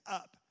up